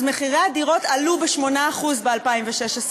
אז מחירי הדירות עלו ב-8% ב-2016,